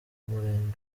murenge